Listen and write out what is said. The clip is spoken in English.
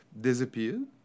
disappeared